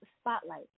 Spotlight